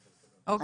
אוקיי?